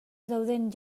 dauden